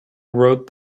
wrote